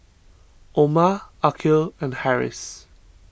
Omar Aqil and Harris